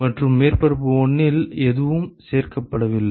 மற்றும் மேற்பரப்பு 1 இல் எதுவும் சேர்க்கப்படவில்லை